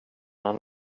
han